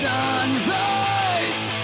Sunrise